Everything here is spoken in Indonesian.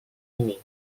ini